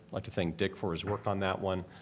like to thank dick for his work on that one.